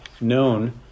known